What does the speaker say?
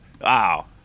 Wow